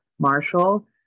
Marshall